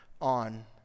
on